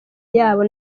yabo